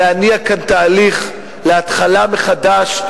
להניע כאן תהליך להתחלה מחדש,